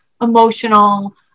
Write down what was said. emotional